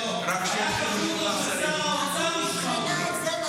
לא, היה חשוב לו ששר האוצר ישמע אותו.